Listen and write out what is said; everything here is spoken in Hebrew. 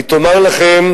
היא תאמר לכם,